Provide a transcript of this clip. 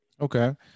Okay